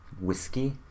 whiskey